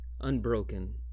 unbroken